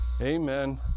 Amen